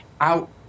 out